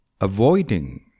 Avoiding